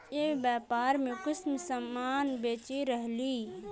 ई व्यापार में कुंसम सामान बेच रहली?